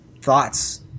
thoughts